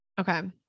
Okay